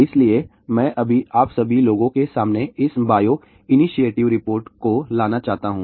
इसलिए मैं अभी आप सभी लोगों के सामने इस बायो इनिशिएटिव रिपोर्ट को लाना चाहता हूं